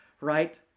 right